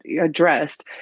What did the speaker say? addressed